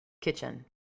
kitchen